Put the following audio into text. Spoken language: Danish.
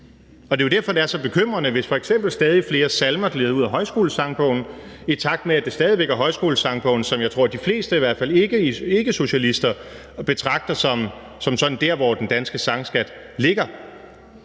Det er jo derfor, det er så bekymrende, hvis f.eks. stadig flere salmer glider ud af Højskolesangbogen, i takt med at det stadig væk er Højskolesangbogen, som jeg tror de fleste, i hvert fald ikkesocialister, betragter som stedet, hvor den danske sangskat ligger.